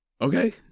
Okay